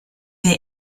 der